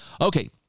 Okay